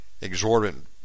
exorbitant